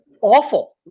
awful